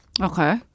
Okay